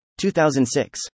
2006